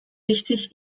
wichtig